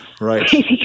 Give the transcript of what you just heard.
Right